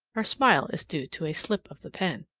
her smile is due to a slip of the pen.